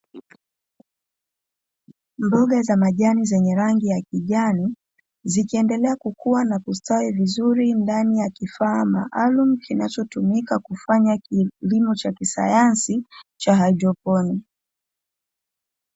Mboga za majani zenye rangi ya kijani, zikiendelea kukua na kustawi vizuri ndani ya kifaa maalumu, kinachotumika kufanya kilimo cha kisayansi cha haidroponi.